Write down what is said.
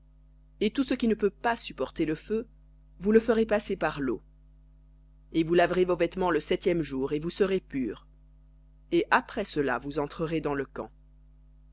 et tout ce qui ne peut pas supporter le feu vous le ferez passer par leau et vous laverez vos vêtements le septième jour et vous serez purs et après cela vous entrerez dans le camp